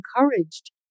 encouraged